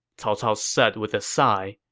cao cao said with a sigh.